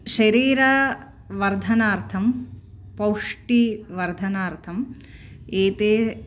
शरीरवर्धनार्थं पौष्टिः वर्धनार्थम् एते